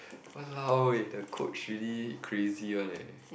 !walao! eh the coach really crazy one leh